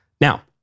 Now